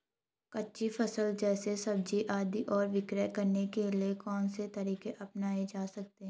कच्ची फसल जैसे सब्जियाँ आदि को विक्रय करने के लिये कौन से तरीके अपनायें जा सकते हैं?